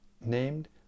named